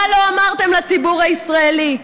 מה לא אמרתם לציבור הישראלי?